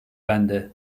bende